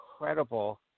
incredible